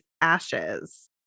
ashes